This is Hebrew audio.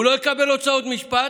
הוא לא יקבל הוצאות משפט,